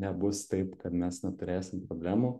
nebus taip kad mes neturėsim problemų